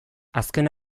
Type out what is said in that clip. azken